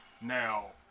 Now